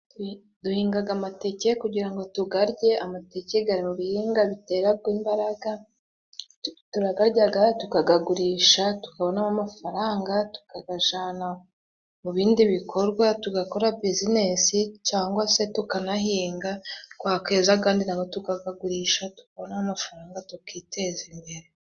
Duhingaga amateke kugira ngo tugarye; amateke gari mu bihinga biteraga imbaraga ,turagajyaga tukagagurisha tukabonamo amafaranga tukagajana mu bindi bikorwa ,tugakora buzinesi, cyangwa se tukanahinga twakeza agandi nago tukagagurisha tukabona amafaranga tukiteza imbere.